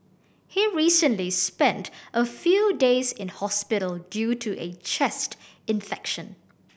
he recently spent a few days in hospital due to a chest infection